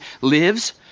lives